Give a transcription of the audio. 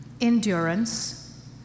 endurance